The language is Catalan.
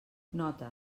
nota